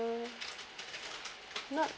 uh not